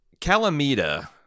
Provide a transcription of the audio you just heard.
Calamita